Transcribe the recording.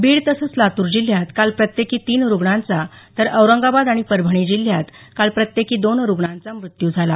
बीड तसंच लातूर जिल्ह्यात काल प्रत्येकी तीन रुग्णांचा तर औरंगाबाद आणि परभणी जिल्ह्यात काल प्रत्येकी दोन रुग्णांचा मृत्यू झाला